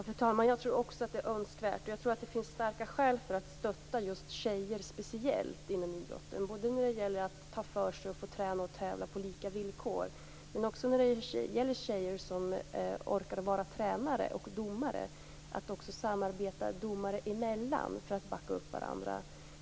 Fru talman! Jag tror också att det är önskvärt, och jag tror att det finns starka skäl för att stötta just tjejer speciellt inom idrotten när det gäller att ta för sig och få träna och tävla på lika villkor. Men det gäller också att tjejer som orkar vara tränare och domare samarbetar för att backa upp varandra.